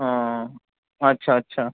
ও আচ্ছা আচ্ছা